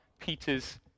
Peter's